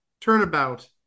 Turnabout